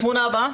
התמונה הבאה